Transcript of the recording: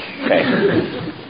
okay